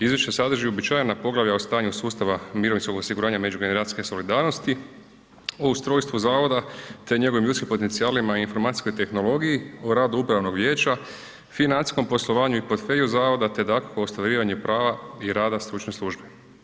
Izvješće sadrži uobičajena poglavlja o stanju sustava mirovinskog osiguranja međugeneracijske solidarnosti, a o ustrojstvu zavoda, te njegovim ljudskim potencijalima i informacijskoj tehnologiji, o radu upravnog vijeća, financijskom poslovanju i portfelju zavoda, te dakako ostvarivanje prava i rada stručne službe.